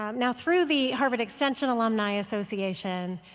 um now, through the harvard extension alumni association,